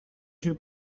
two